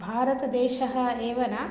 भारतदेशः एव न